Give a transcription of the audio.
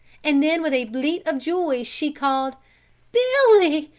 and then with a bleat of joy, she called billy!